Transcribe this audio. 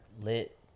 lit